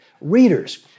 readers